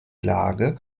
lage